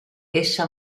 esta